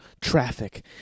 traffic